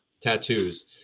Tattoos